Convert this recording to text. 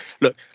look